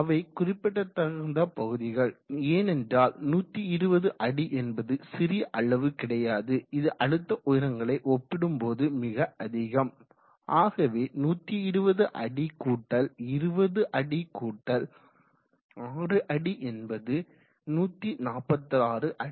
அவை குறிப்பிடத்தகுந்த பகுதிகள் ஏன் என்றால் 120 அடி என்பது சிறிய அளவு கிடையாது இது அழுத்த உயரங்களை ஒப்பிடும்போது மிக அதிகம் ஆகவே 120 அடி கூட்டல் 20 அடி கூட்டல் 6 அடி என்பது 146 அடி